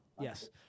Yes